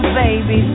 baby